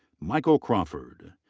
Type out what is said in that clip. michael crawford.